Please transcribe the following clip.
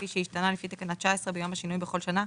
כפי שהשתנה לפי תקנה 19 ביום השינוי בכל שנה,